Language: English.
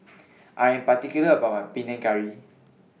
I Am particular about My Panang Curry